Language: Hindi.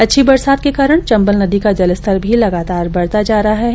अच्छी बरसात के कारण चंबल नदी का जलस्तर भी लगातार बढ़ता जा रहा है